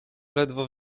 ledwo